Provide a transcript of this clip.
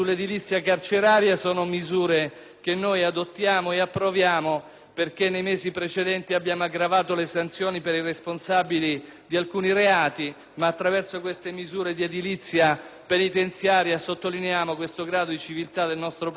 Nei mesi precedenti, infatti, abbiamo aggravato le sanzioni per i responsabili di alcuni reati; ma, attraverso queste misure di edilizia penitenziaria, sottolineiamo il grado di civiltà del nostro Paese e, soprattutto, l'intendimento di questo Governo di avviare